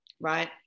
right